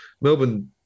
Melbourne